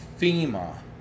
FEMA